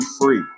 free